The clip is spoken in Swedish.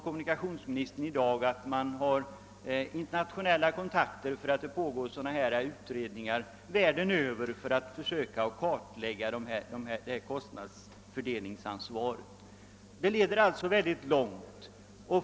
Kommunikationsministern har redovisat de internationella kontakter som man har med anledning av att det världen över pågår sådana här utredningar för att försöka kartlägga kostnadsfördelningsansvaret. Detta leder ju mycket långt.